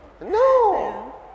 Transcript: No